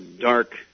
dark